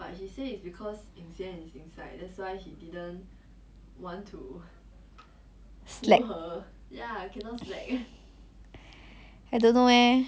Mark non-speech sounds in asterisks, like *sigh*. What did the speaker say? *breath* I don't know eh I think the only reason why he went to take that module is because ying xian ask him or is it he asked ying xian